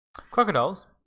Crocodiles